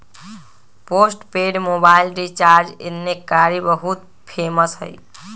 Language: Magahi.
पोस्टपेड मोबाइल रिचार्ज एन्ने कारि बहुते फेमस हई